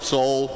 Soul